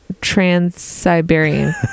trans-Siberian